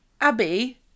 Abby